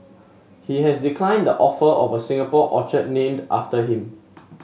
he has declined the offer of a Singapore orchid named after him